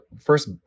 first